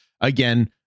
again